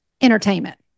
entertainment